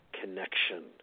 connection